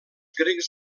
grecs